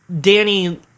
Danny